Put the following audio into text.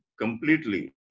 completely